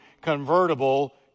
convertible